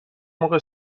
موقع